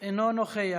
אינו נוכח,